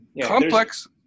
Complex